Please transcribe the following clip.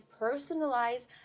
personalize